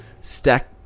stack